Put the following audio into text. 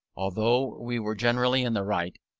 although we were generally in the right,